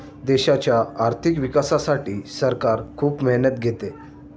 देशाच्या आर्थिक विकासासाठी सरकार खूप मेहनत घेते